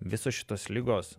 visos šitos ligos